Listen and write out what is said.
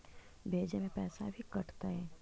भेजे में पैसा भी कटतै?